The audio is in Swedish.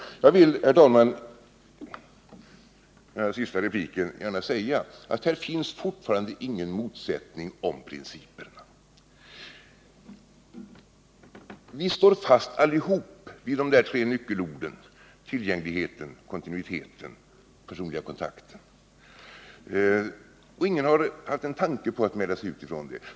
Jag vill, herr talman, i den sista repliken gärna säga att det fortfarande inte finns någon motsättning om principerna. Vi står alla fast vid de tre nyckelorden: tillgängligheten, kontinuiteten, den personliga kontakten. Ingen har haft en tanke på att mäla sig ut ifrån detta.